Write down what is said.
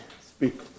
Speak